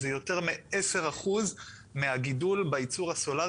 זה יותר מ-10% מהגידול בייצור הסולארי